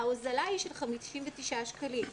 ההוזלה היא של 59 שקלים.